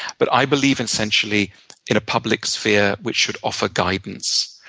but i believe essentially in a public sphere which should offer guidance.